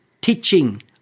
teaching